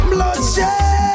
Bloodshed